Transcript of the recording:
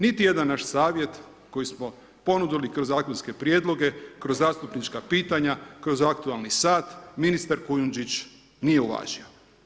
Niti jedan naš savjet koji smo ponudili kroz zakonske prijedloge, kroz zastupnička pitanja, kroz aktualni sat ministar Kujundžić nije uvažio.